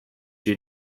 due